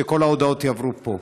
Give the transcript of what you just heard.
וכל ההודעות יעברו פה.